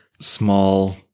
small